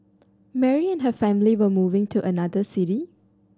Mary and her family were moving to another city